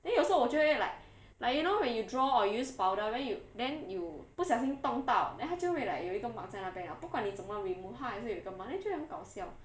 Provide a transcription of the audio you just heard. then 有时候我就会 like like you know when you draw or use powder then you then you 不小心动到 then 它就会 like 有一个 mark 在那边 liao 不管你怎么 remove 它还是有个 mark then 就会很搞笑